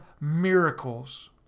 miracles